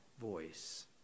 voice